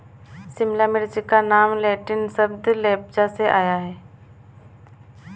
शिमला मिर्च का नाम लैटिन शब्द लेप्सा से आया है